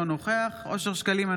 אינו נוכח אושר שקלים,